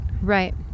Right